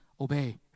obey